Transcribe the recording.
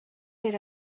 era